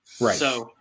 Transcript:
Right